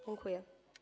Dziękuję.